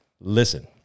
listen